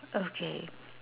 okay